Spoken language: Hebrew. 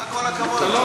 אתה לא רשום,